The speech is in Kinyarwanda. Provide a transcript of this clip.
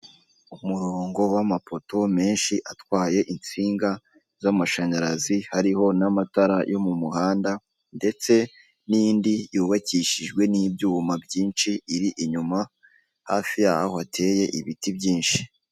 Umurongo w'amapoto menshi atwaye insinga z'amashanyarazi, hariho n'amatara yo mu muhanda, ndetse n'indi yubakishijwe n'ibyuma byinshi, iri inyuma, hafi y'aho hateye ibiti byinshi.